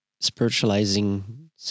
spiritualizing